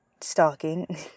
stalking